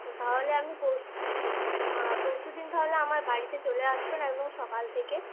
ও তাহলে আপনি পরশু দিন পরশু দিন তাহলে আমার বাড়িতে চলে আসবেন একদম সকাল থেকে